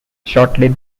shortly